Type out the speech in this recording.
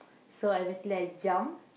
so eventually I jump